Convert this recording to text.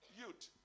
youth